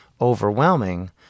overwhelming